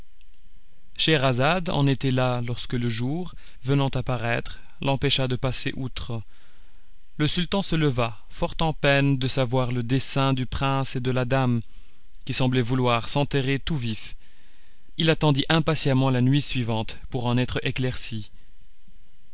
scheherazade en était là lorsque le jour venant à paraître l'empêcha de passer outre le sultan se leva fort en peine de savoir le dessein du prince et de la dame qui semblaient vouloir s'enterrer tout vifs il attendit impatiemment la nuit suivante pour en être éclairci